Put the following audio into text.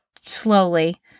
slowly